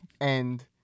and-